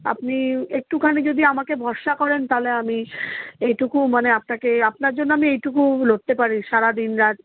আপনি একটুখানি যদি আমাকে ভরসা করেন তাহলে আমি এইটুকু মানে আপনাকে আপনার জন্য আমি এইটুকু লড়তে পারি সারা দিন রাত